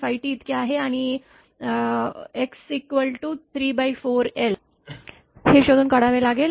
5T इतके आहे आणि x 34l उजवीकडे आहे हे शोधून काढावे लागेल